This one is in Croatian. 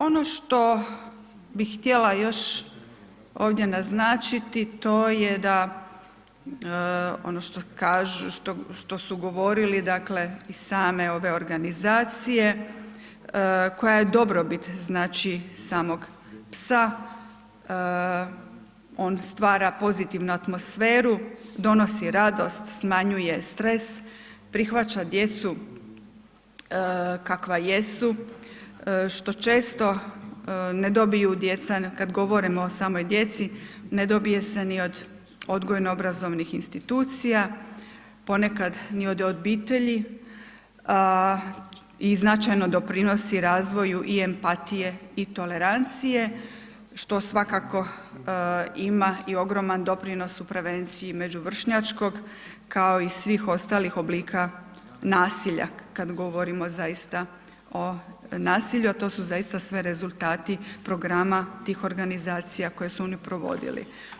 Ono što bih htjela još ovdje naznačiti, to je da, ono što su govorili, dakle i same ove organizacije, koja je dobrobit znači samog psa on stvara pozitivnu atmosferu, donosi radost, smanjuje stres, prihvaća djecu, kakva jesu, što često ne dobiju djeca, kada govorimo o samoj djeci, ne dobije se ni od odgojno obrazovnih institucija, ponekad, ni od obitelji i značajno doprinosi razvoju i empatije i tolerancije, što svakako ima i ogroman doprinos u prevenciji među vršnjačkog, kao i svih ostalih oblika nasilja, kada govorimo zaista o nasilju, a to su zaista sve rezultati programa tih organizacija koje su oni provodili.